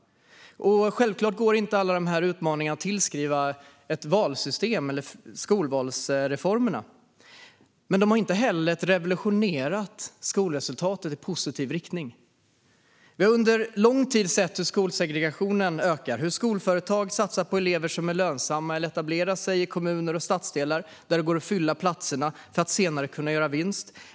Självklart går inte alla utmaningarna att tillskriva ett valsystem eller skolvalsreformerna, men reformerna har inte heller revolutionerat skolresultaten i positiv riktning. Vi har under lång tid sett hur skolsegregationen ökat. Skolföretag satsar på elever som är lönsamma. De etablerar sig i kommuner och stadsdelar där det går att fylla platserna för att senare kunna göra vinst.